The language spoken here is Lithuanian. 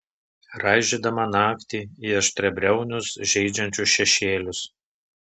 raižydama naktį į aštriabriaunius žeidžiančius šešėlius